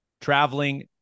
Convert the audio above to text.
traveling